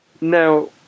Now